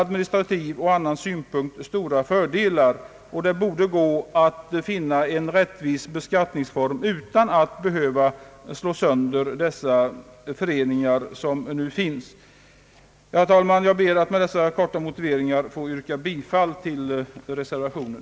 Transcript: Det borde gå att finna en rättvis beskattningsform utan att behöva slå sönder de föreningar som nu finns. Herr talman! Med dessa kortfattade motiveringar ber jag att få yrka bifall till reservationen.